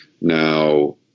Now